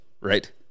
right